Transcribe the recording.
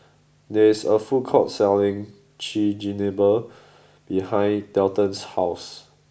there is a food court selling Chigenabe behind Dalton's house